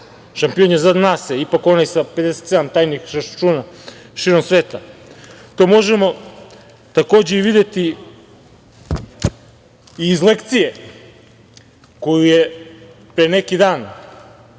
šampion je, zna se, ipak onaj sa 57 tajnih računa širom sveta. To možemo videti i iz lekcije koju je pre neki dan